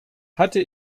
hatte